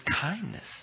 kindness